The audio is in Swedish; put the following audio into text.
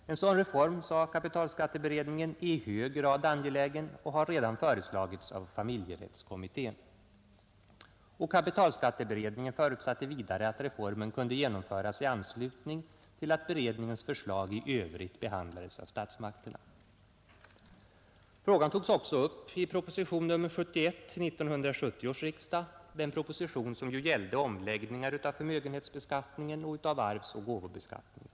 En sådan reform, sade kapitalskatteberedningen, är i hög grad angelägen och har redan föreslagits av familjerättskommittén. Kapitalskatteberedningen förutsatte vidare att reformen kunde genomföras i anslutning till att beredningens förslag i övrigt behandlades av statsmakterna. Frågan togs också upp i proposition nr 71 till 1970 års riksdag — den proposition som gällde omläggningar av förmögenhetsbeskattningen och av arvsoch gåvobeskattningen.